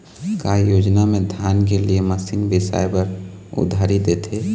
का योजना मे धान के लिए मशीन बिसाए बर उधारी देथे?